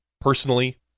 personally